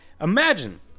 imagine